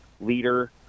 Leader